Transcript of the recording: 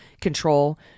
control